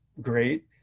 great